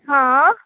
हॅं